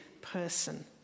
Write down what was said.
person